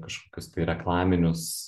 kažkokius reklaminius